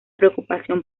preocupación